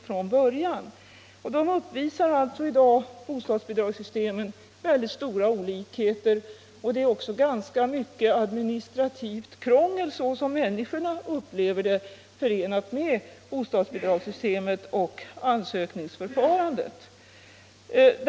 Bostadsbidragssystemen upp visar i dag stora olikheter, och det är också, som människorna upplever — Nr 121 det, ganska mycket administrativt krångel förenat med bostadsbidrags Fredagen den systemen och ansökningsförfarandet.